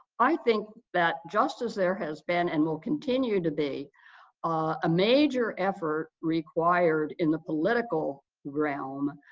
i think that just as there has been and will continue to be a major effort required in the political realm,